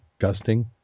gusting